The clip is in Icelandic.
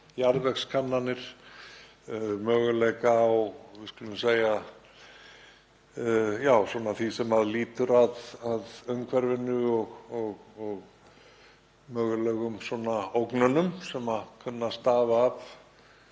jarðvegskannanir, kanna möguleika á því sem lýtur að umhverfinu og mögulegum ógnunum sem kunna að stafa af